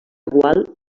gual